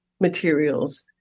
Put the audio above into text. materials